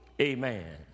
Amen